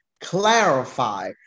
Clarify